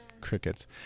crickets